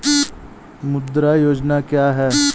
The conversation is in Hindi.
मुद्रा योजना क्या है?